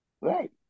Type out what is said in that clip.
Right